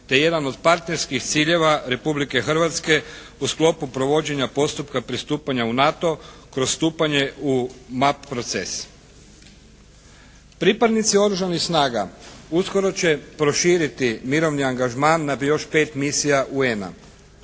te jedan od partnerskih ciljeva Republike Hrvatske u sklopu provođenja postupka pristupanja u NATO kroz stupanje u map proces. Pripadnici oružanih snaga uskoro će proširiti mirovni angažman na još 5 misija UN-a.